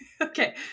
Okay